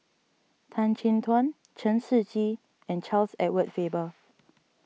Tan Chin Tuan Chen Shiji and Charles Edward Faber